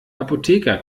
apotheker